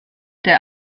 der